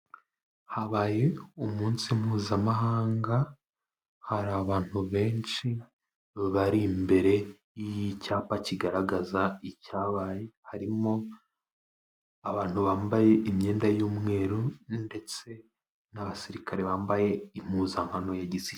Habaye umunsi mpuzamahanga, hari abantu benshi bari imbere y'icyapa kigaragaza icyabaye, harimo abantu bambaye imyenda y'umweru, ndetse n'abasirikare bambaye impuzankano ya gisi...